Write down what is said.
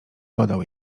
podał